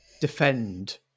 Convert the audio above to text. defend